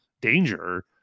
danger